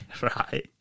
Right